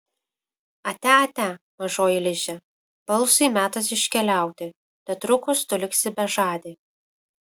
atia atia mažoji liže balsui metas iškeliauti netrukus tu liksi bežadė